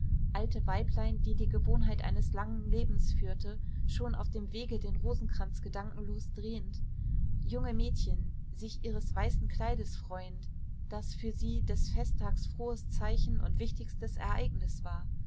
alte weiblein die die gewohnheit eines langen lebens führte schon auf dem wege den rosenkranz gedankenlos drehend junge mädchen sich ihres weißen kleides freuend das für sie des festtags frohes zeichen und wichtigstes ereignis war